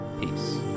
Peace